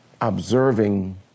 observing